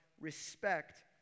respect